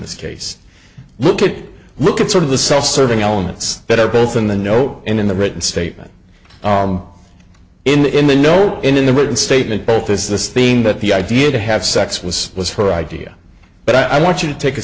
this case look at it look at sort of the self serving elements that are both in the know and in the written statement in the in the no in the written statement both as this theme that the idea to have sex was was her idea but i want you to take a